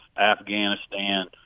Afghanistan